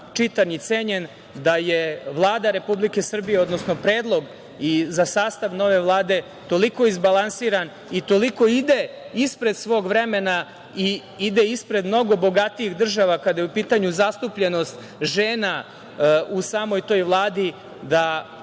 čitan i cenjen, da je Vlada Republike Srbije, odnosno predlog i za sastav nove Vlade toliko izbalansiran i toliko ide ispred svog vremena i ide ispred mnogo bogatijih država kada je u pitanju zastupljenost žena u samoj toj Vladi da